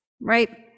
right